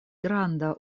granda